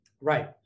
right